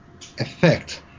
effect